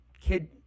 kid